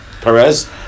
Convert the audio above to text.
Perez